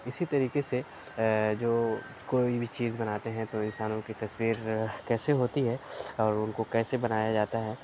اِسی طریقے سے جو کوئی بھی چیز بناتے ہیں تو انسانوں کی تصویر کیسے ہوتی ہے اور اُن کو کیسے بنایا جاتا ہے